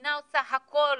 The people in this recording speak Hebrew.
שהמדינה עושה הכול